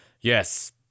yes